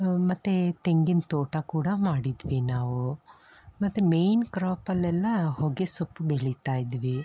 ಮತ್ತು ತೆಂಗಿನ ತೋಟ ಕೂಡ ಮಾಡಿದ್ವಿ ನಾವು ಮತ್ತು ಮೈನ್ ಕ್ರಾಪಲ್ಲೆಲ್ಲ ಹೊಗೆಸೊಪ್ಪು ಬೆಳೀತಾ ಇದ್ವಿ